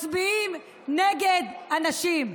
מצביעים נגד הנשים,